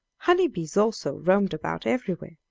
honey-bees also roamed about everywhere,